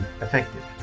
effective